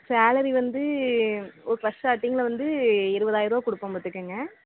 salary வந்து first ஸ்டார்ட்டிங்கில் வந்து இருவதாயிரம் ருபா கொடுப்போம் பார்த்துக்கங்க